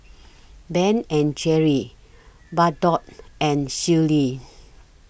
Ben and Jerry's Bardot and Sealy